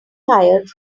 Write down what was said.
tired